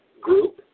group